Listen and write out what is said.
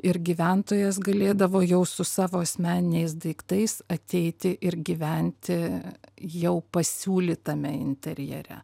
ir gyventojas galėdavo jau su savo asmeniniais daiktais ateiti ir gyventi jau pasiūlytame interjere